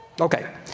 Okay